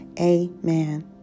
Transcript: Amen